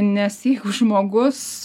nes jeigu žmogus